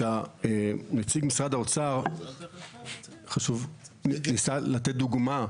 כשנציג משרד האוצר ניסה לתת דוגמא,